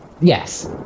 yes